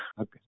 Okay